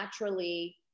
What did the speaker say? naturally